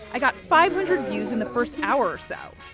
i got five hundred views in the first hour or so.